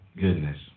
goodness